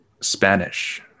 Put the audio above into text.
spanish